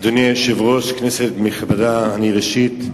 אדוני היושב-ראש, כנסת נכבדה, ראשית,